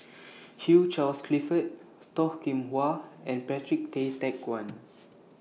Hugh Charles Clifford Toh Kim Hwa and Patrick Tay Teck Guan